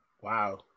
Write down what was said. Wow